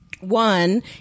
One